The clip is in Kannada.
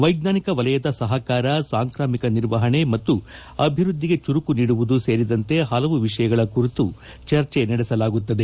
ವೈಜ್ವಾನಿಕ ವಲಯದ ಸಹಕಾರ ಸಾಂಕ್ರಾಮಿಕ ನಿರ್ವಹಣೆ ಮತ್ತು ಅಭಿವ್ಯದ್ಲಿಗೆ ಚುರುಕು ನೀಡುವುದು ಸೇರಿದಂತೆ ಹಲವು ವಿಷಯಗಳ ಕುರಿತು ಚರ್ಚೆ ನಡೆಸಲಾಗುತ್ತದೆ